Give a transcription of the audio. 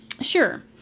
Sure